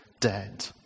dead